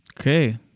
Okay